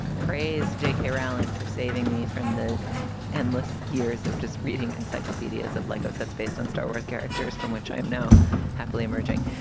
praise j k. rowling for saving me from the endless years of just reading encyclopedias of lego sets based on star wars characters from which i am now happily emerging.